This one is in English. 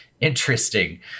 Interesting